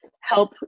help